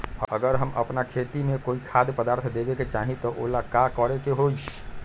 अगर हम अपना खेती में कोइ खाद्य पदार्थ देबे के चाही त वो ला का करे के होई?